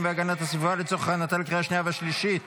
והגנת הסביבה לצורך הכנתה לקריאה השנייה והשלישית.